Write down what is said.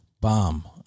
bomb